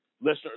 listeners